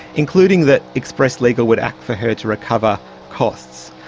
including that express legal would act for her to recover costs.